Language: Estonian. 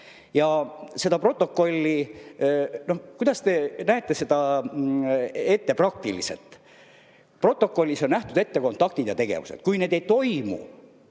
Ja seda protokolli, noh, kuidas te näete seda ette praktiliselt? Protokollis on ette nähtud kontaktid ja tegevused. Kui neid ei toimu,